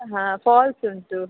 ಹಾಂ ಫಾಲ್ಸ್ ಉಂಟು